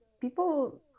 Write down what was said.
people